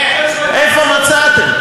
איפה מצאתם?